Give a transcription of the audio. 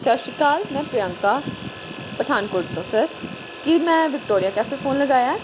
ਸਤਿ ਸ਼੍ਰੀ ਅਕਾਲ ਮੈਂ ਪ੍ਰਿਅੰਕਾ ਪਠਾਨਕੋਟ ਤੋਂ ਸਰ ਕੀ ਮੈਂ ਵਿਕਟੋਰੀਆ ਕੈਫੇ ਫੋਨ ਲਗਾਇਆ